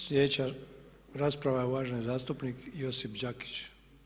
Sljedeća rasprava je uvaženi zastupnik Josip Đakić.